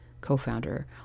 co-founder